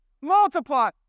multiply